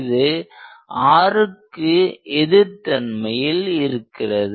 இது rக்கு எதிர் தன்மையில் இருக்கிறது